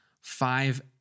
five